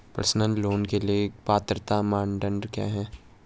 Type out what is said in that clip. Personal loan के लिए पात्रता मानदंड क्या हैं?